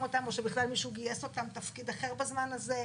אותם או שבכלל מישהו גייס אותם לתפקיד אחר בזמן הזה?